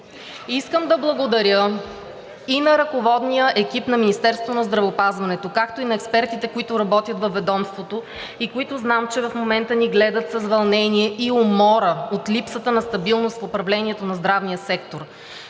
Искам да благодаря и на ръководния екип на Министерството на здравеопазването, както и на експертите, които работят във ведомството и които знам, че в момента ни гледат с вълнение и умора от липсата на стабилност в управлението на здравния сектор.